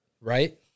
right